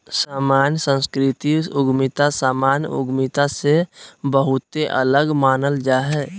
सामान्यत सांस्कृतिक उद्यमिता सामान्य उद्यमिता से बहुते अलग मानल जा हय